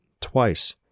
Twice